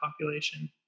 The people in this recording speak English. population